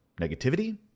negativity